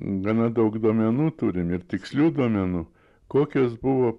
gana daug duomenų turim ir tikslių duomenų kokios buvo